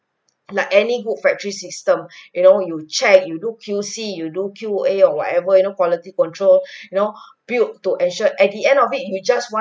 like any good factory system you know where you check you do Q_C you do Q_A or whatever you know quality control you know built to ensure at the end of it you just want